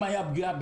אם היה אירוע